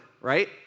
Right